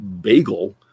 bagel